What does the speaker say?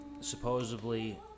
supposedly